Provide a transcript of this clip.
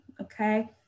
okay